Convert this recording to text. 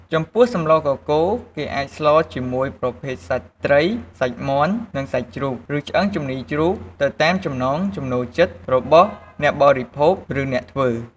ចំពោះសម្លកកូរ គេអាចស្លរជាមួយប្រភេទសាច់ត្រី សាច់មាន់ និងសាច់ជ្រូកឬឆ្អឹងជំនីរជ្រូកទៅតាមចំណង់ចំណូលចិត្តរបស់អ្នកបរិភោគ ឬអ្នកធ្វើ។